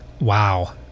Wow